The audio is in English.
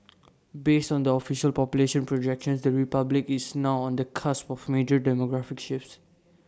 based on the official population projections the republic is now on the cusp of major demographic shifts